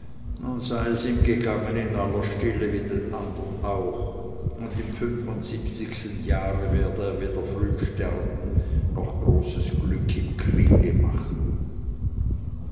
sei es ihm gegangen in aller stille wie den andern auch und im fünfundsiebenzigsten jahre werde er weder frühe sterben noch großes glück im kriege machen